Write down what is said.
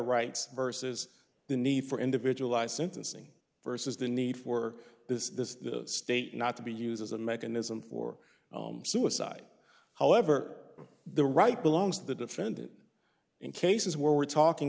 rights versus the need for individualized sentencing versus the need for this state not to be used as a mechanism for suicide however the right belongs to the defendant in cases where we're talking